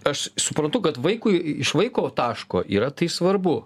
aš suprantu kad vaikui iš vaiko taško yra tai svarbu